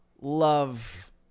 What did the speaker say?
love